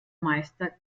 meister